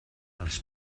els